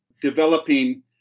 developing